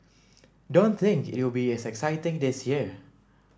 don't think it'll be as exciting this year